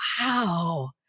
Wow